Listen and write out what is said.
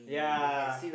yeah